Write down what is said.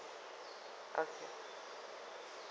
uh